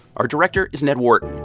our director is ned wharton,